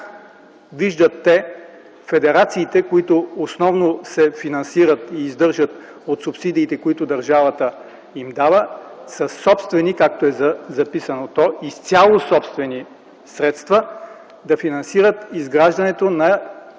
виждате федерациите, които основно се финансират и издържат от субсидиите, които държавата им дава, със собствени, както е записано – изцяло собствени, средства да финансират изграждането на